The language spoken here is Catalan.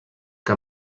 que